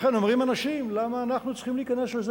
לכן, אומרים אנשים: למה אנחנו צריכים להיכנס לזה?